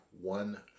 one